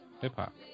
hip-hop